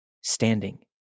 standing